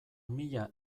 mila